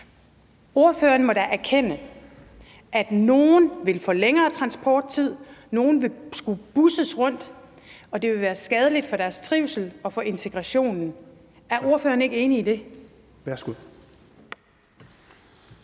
Ordføreren må da erkende, at nogle vil få længere transporttid, at nogle vil skulle busses rundt, og at det vil være skadeligt for deres trivsel og for integrationen. Er ordføreren ikke enig i det? Kl.